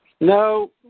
No